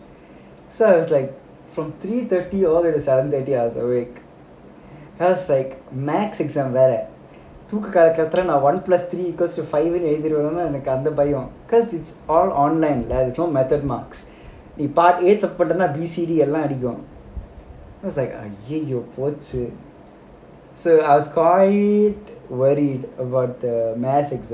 so I was like from three thirty all the way to seven thirty I was awake mathematics exam வேற தூக்க கலகத்துல:vera thooka kalakkathula one plus three equals to five னு எழுதுருவேன்னு எனக்கு அந்த பயம்:nu ezhuthiruvaenu enakku antha bayam because it's all online there's no method marks நீ:nee part A தப்பு பண்ணிட்டேன்:thappu pannittaen B C D எல்லாம் அடிக்கும்:ellaam adikkum then I was like !aiyiyo! போச்சு:pochu so I was quite worried about the mathematics exam